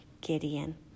Gideon